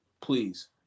Please